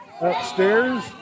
upstairs